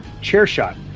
CHAIRSHOT